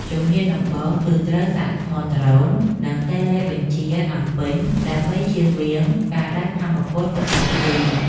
ជំហានដំបូងគឺត្រូវសាកថ្មដ្រូន និងតេឡេបញ្ជាឱ្យពេញ ដើម្បីជៀសវាងការដាច់ថាមពលកណ្ដាលទី។